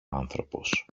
άνθρωπος